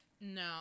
no